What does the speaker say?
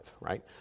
right